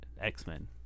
X-Men